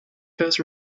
first